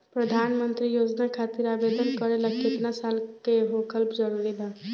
प्रधानमंत्री योजना खातिर आवेदन करे ला केतना साल क होखल जरूरी बा?